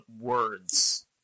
words